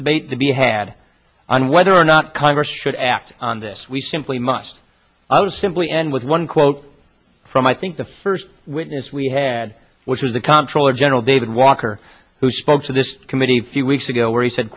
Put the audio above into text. debate to be had on whether or not congress should act on this we simply must i was simply and with one quote from i think the first witness we had which was the comptroller general david walker who spoke to this committee few weeks ago where he said